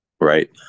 Right